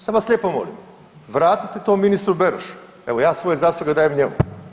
Sad vas lijepo molim vratite to ministru Berošu, evo ja svoje zasluge dajem njemu.